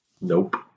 Nope